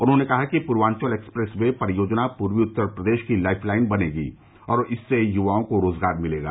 उन्होंने कहा कि पूर्वांचल एक्सप्रेस वे परियोजना पूर्वी उत्तर प्रदेश की लाइफ लाइन बनेगी और इससे युवाओं को रोजगार मिलेगा